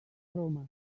roma